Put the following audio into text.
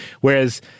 Whereas